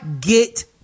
get